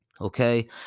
okay